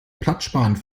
platzsparend